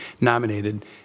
nominated